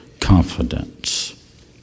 confidence